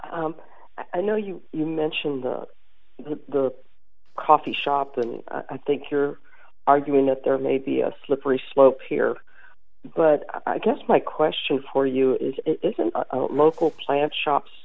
regular i know you mentioned the the coffee shop and i think you're arguing that there may be a slippery slope here but i guess my question for you is isn't local plant shops